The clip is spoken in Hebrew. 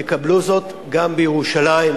יקבלו זאת גם בירושלים.